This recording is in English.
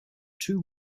two